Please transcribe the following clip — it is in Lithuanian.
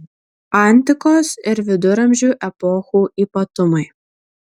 antikos ir viduramžių epochų ypatumai